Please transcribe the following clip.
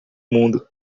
mundo